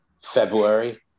february